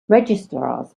registrars